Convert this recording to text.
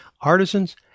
artisans